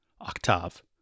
Octave